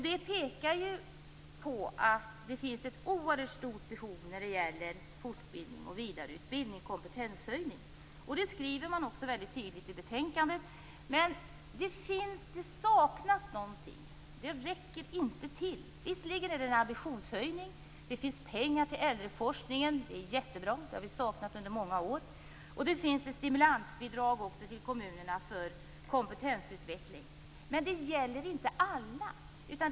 Det visar ju på att det finns ett oerhört stort behov när det gäller fortbildning, vidareutbildning, kompetenshöjning. Det skriver man också väldigt tydligt i betänkandet. Men det saknas någonting. Det räcker inte till. Visserligen är det en ambitionshöjning. Det finns pengar till äldreforskningen. Det är bra, det har vi saknat under många år. Det finns också ett stimulansbidrag till kommunerna för kompetensutveckling. Men det gäller inte alla.